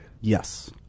Yes